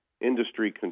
industry